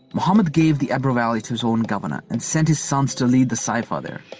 muhammad gave the ebro valley to his own governor and sent his sons to lead the saifa there.